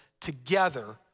together